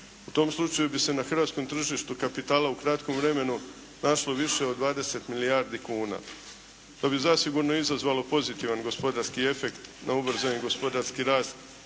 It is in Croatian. U tom slučaju bi se na hrvatskom tržištu kapitala u kratkom vremenu našlo više od 20 milijardi kuna. To bi zasigurno izazvalo pozitivan gospodarski efekt no ubrzani gospodarski rast,